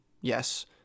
yes